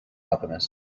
alchemist